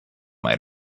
might